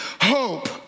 hope